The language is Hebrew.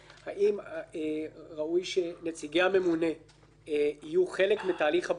האם ראוי שנציגי הממונה יהיו חלק מתהליך הבקרה?